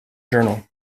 journal